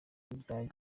budage